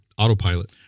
Autopilot